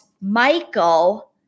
Michael